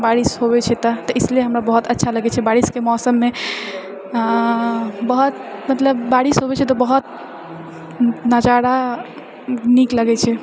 बारिश होबैत छै तऽ तऽ इसलिए हमरा बहुत अच्छा लागैत छै बारिशके मौसममे बहुत मतलब बारिश होबैत छै तऽ बहुत नजारा नीक लगैत छै